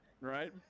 right